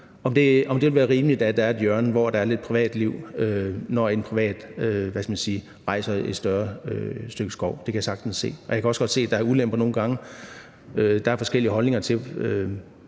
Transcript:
om det vil være rimeligt, at der er et hjørne, hvor der er lidt privatliv, når en privat rejser et større stykke skov. Det kan jeg sagtens se. Jeg kan også godt se, at der nogle gange er ulemper. Der er forskellige holdninger til